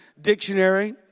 Dictionary